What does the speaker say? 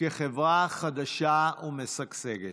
כחברה חזקה ומשגשגת.